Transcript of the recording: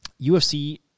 UFC